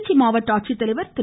திருச்சி மாவட்ட ஆட்சித்தலைவர் திரு